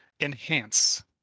Enhance